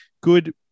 good